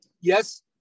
Yes